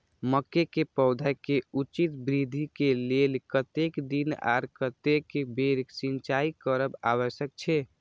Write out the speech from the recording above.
मके के पौधा के उचित वृद्धि के लेल कतेक दिन आर कतेक बेर सिंचाई करब आवश्यक छे?